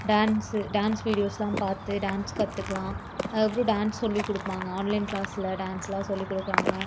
dance dance videos எல்லாம் பார்த்து dance கற்றுக்கலாம் அதுக்கப்புறம் டான்ஸ் சொல்லிக் கொடுப்பாங்க ஆன்லைன் கிளாஸில் டான்ஸ் எல்லாம் சொல்லிக் கொடுக்கறாங்க